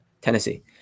Tennessee